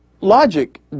logic